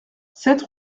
sept